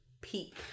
peak